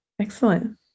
Excellent